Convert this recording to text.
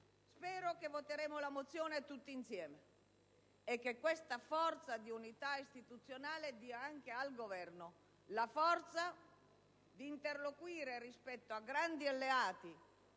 Spero che voteremo la mozione tutti insieme e che questa forza di unità istituzionale dia anche al Governo la forza di interloquire rispetto a grandi alleati,